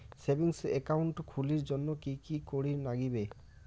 Savings account খুলির জন্যে কি কি করির নাগিবে?